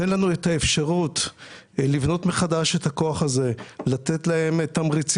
זה ייתן לנו את האפשרות לבנות מחדש את הכוח הזה: לתת להם תמריצים,